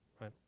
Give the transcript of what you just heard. right